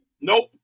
nope